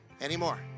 anymore